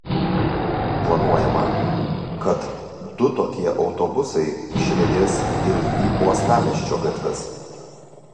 planuojama kad du tokie autobusai išriedės ir į uostamiesčio gatves